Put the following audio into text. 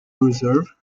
reserve